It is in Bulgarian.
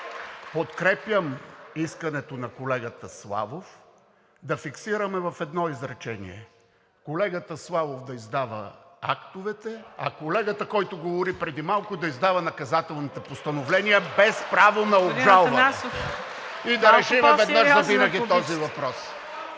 Подкрепям искането на колегата Славов да фиксираме в едно изречение – колегата Славов да издава актовете, а колегата, който говори преди малко, да издава наказателните постановления, без право на обжалване. (Ръкопляскания от